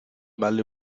vale